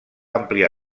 ampliar